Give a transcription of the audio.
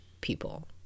people